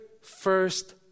first